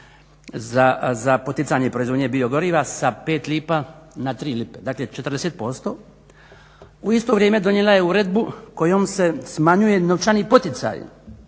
za poticanje proizvodnje biogoriva sa 5 lipa na 3 lipe, dakle 40%. U isto vrijeme donijela je uredbu kojom se smanjuje novčani poticaj